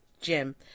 Jim